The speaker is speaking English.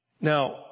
Now